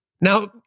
Now